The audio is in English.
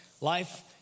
life